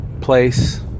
place